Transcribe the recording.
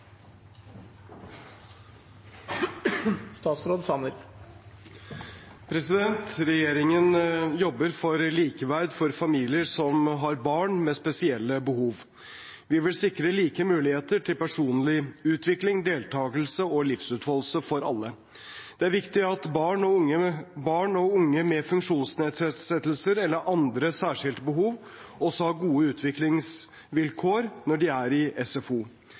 Regjeringen jobber for likeverd for familier som har barn med spesielle behov. Vi vil sikre like muligheter til personlig utvikling, deltakelse og livsutfoldelse for alle. Det er viktig at barn og unge med funksjonsnedsettelser eller andre særskilte behov også har gode utviklingsvilkår når de er i SFO.